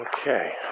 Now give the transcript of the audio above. Okay